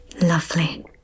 Lovely